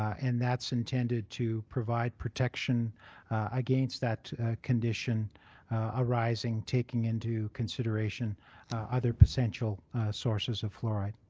and that's intended to provide protection against that condition arising, taking into consideration other essential sources of fluoride.